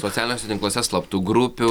socialiniuose tinkluose slaptų grupių